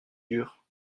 dure